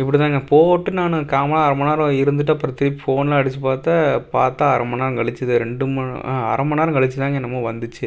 இப்படி தாங்க போட்டு நான் கால்மண்நேரம் அரைமண்நேரம் இருந்துவிட்டு அப்புறம் திருப்பி ஃபோன் எல்லாம் அடிச்சு பார்த்தா பார்த்தா அரைமண்நேரம் கழிச்சு தான் ரெண்டுமண் அரைமண் நேரம் கழிச்சு தாங்க என்னமோ வந்துச்சு